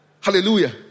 Hallelujah